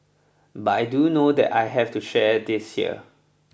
but I do know that I have to share this here